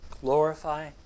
glorify